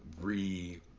re